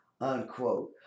unquote